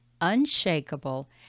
unshakable